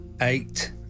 eight